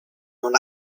non